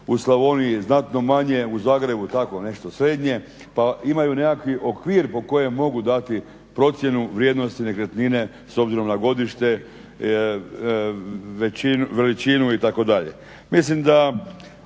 u Slavoniji znatno manje, u Zagrebu tako nešto srednje pa imaju nekakvi okvir po kojem mogu dati procjenu vrijednosti nekretnine s obzirom na godište, veličinu, itd. Mislim da